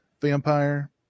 vampire